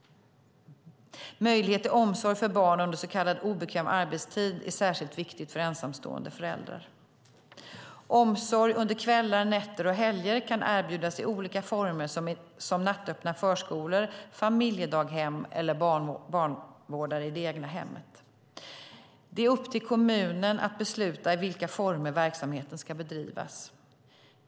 Möjlighet till omsorg för barn under så kallad obekväm arbetstid är särskilt viktig för ensamstående föräldrar. Omsorg under kvällar, nätter och helger kan erbjudas i olika former, som nattöppna förskolor, familjedaghem och barnvårdare i det egna hemmet. Det är upp till kommunen att besluta om i vilka former verksamheten ska bedrivas.